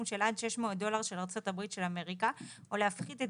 של עד 600 דולר של ארצות הברית של אמריקה או להפחית את